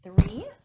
three